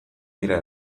dira